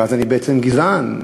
ואז אני בעצם גזען.